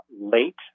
late